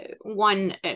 one